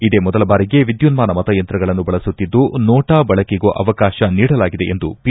ಇದೇ ಮೊದಲ ಬಾರಿಗೆ ವಿದ್ಯುನ್ನಾನ ಮತಯಂತ್ರಗಳನ್ನು ಬಳಸುತ್ತಿದ್ದು ನೋಟಾ ಬಳಕೆಗೂ ಅವಕಾಶ ನೀಡಲಾಗಿದೆ ಎಂದು ಪಿ